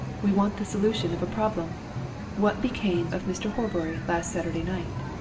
we want the solution of a problem what became of mr. horbury last saturday night?